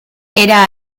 era